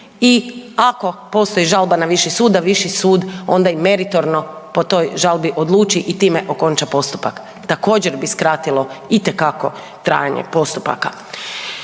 i ako postoji žalba na viši sud da viši sud onda i meritorno po toj žalbi odluči i time okonča postupak. Također bi skratilo itekako trajanje postupaka.